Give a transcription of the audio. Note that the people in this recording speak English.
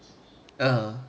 uh